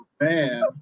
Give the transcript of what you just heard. man